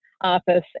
office